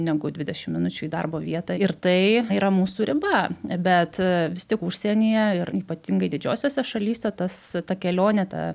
negu dvidešimt minučių į darbo vietą ir tai yra mūsų riba bet vis tik užsienyje ir ypatingai didžiosiose šalyse tas ta kelionė ta